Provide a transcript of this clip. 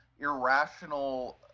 irrational